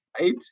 right